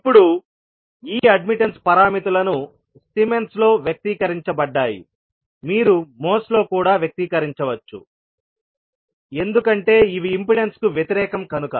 ఇప్పుడు ఈ అడ్మిట్టన్స్ పారామితులను సిమెన్స్ లో వ్యక్తీకరించబడ్డాయి మీరు మోస్ లో కూడా వ్యక్తీకరించవచ్చు ఎందుకంటే ఇవి ఇంపెడెన్స్కు వ్యతిరేకం కనుక